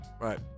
Right